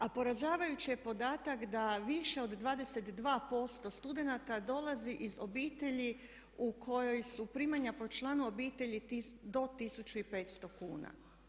A poražavajući je podatak da više od 22% studenata dolazi iz obitelji u kojoj su primanja po članu obitelji do 1500 kuna.